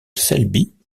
selby